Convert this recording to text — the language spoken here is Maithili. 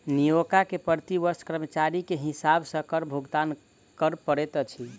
नियोक्ता के प्रति वर्ष कर्मचारी के हिसाब सॅ कर भुगतान कर पड़ैत अछि